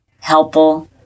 helpful